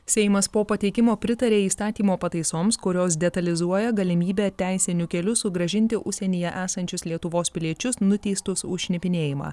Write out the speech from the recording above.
seimas po pateikimo pritarė įstatymo pataisoms kurios detalizuoja galimybę teisiniu keliu sugrąžinti užsienyje esančius lietuvos piliečius nuteistus už šnipinėjimą